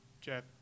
Jeff